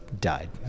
died